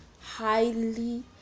highly